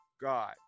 God